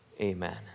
Amen